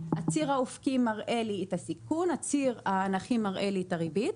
הציר האופקי מראה לי את הסיכון והציר האנכי מראה לי את הריבית.